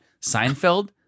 Seinfeld